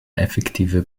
effektive